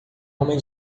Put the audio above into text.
homem